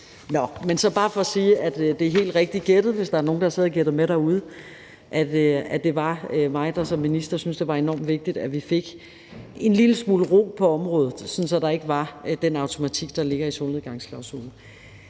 Nå, men det er bare for at sige, at det er helt rigtigt gættet, hvis der er nogle, der har siddet og gættet med derude, nemlig at det var mig, der som minister syntes, at det var enormt vigtigt, at vi fik en lille smule ro på området, sådan at der ikke var den automatik, der ligger i solnedgangsklausulen.